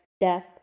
death